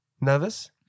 Nervous